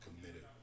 committed